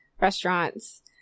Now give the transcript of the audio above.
restaurants